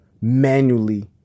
manually